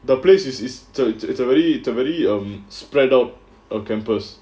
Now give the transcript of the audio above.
the place is third it's a very it's a very um spread out a campus